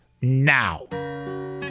now